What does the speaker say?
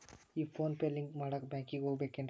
ಈ PhonePe link ಮಾಡಾಕ ಬ್ಯಾಂಕಿಗೆ ಹೋಗ್ಬೇಕೇನ್ರಿ?